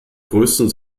größten